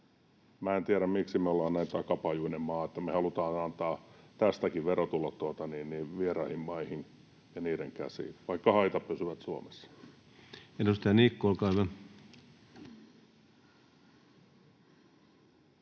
En tiedä, miksi me ollaan näin takapajuinen maa, että me halutaan antaa tästäkin verotulot vieraihin maihin ja niiden käsiin, vaikka haitat pysyvät Suomessa. [Speech 83] Speaker: